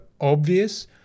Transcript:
obvious